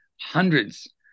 hundreds